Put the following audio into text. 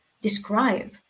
describe